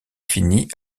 finit